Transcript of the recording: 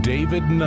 David